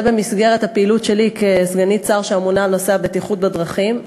זה במסגרת הפעילות שלי כסגנית שממונה על נושא הבטיחות בדרכים.